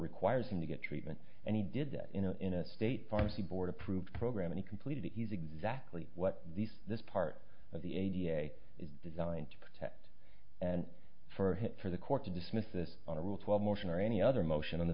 requires him to get treatment and he did that in a in a state pharmacy board approved program and completed he's exactly what these this part of the a da is designed to protect and for him for the court to dismiss this on a rule twelve motion or any other motion on the